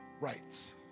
rights